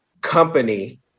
company